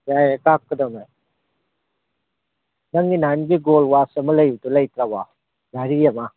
ꯌꯥꯏꯌꯦ ꯀꯥꯞꯀꯗꯃꯦ ꯅꯪꯒꯤ ꯅꯍꯥꯟꯗꯤ ꯒꯣꯜ ꯋꯥꯁ ꯑꯃ ꯂꯩꯕꯗꯨ ꯂꯩꯇ꯭ꯔꯕꯣ ꯘꯔꯤ ꯑꯃ